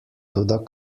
toda